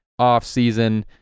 offseason